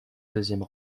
deuxième